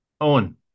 Owen